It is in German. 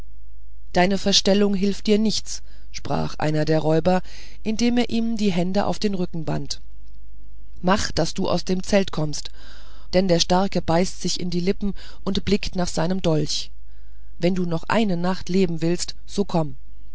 deine verstellung hilft dir nichts sprach einer der räuber indem er ihm die hände auf den rücken band mach daß du aus dem zelt kommst denn der starke beißt sich in die lippen und blickt nach seinem dolch wenn du noch eine nacht leben willst so komm